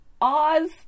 Oz